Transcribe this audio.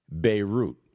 Beirut